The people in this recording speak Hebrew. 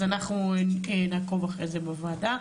אז אנחנו נעקוב אחרי זה בוועדה.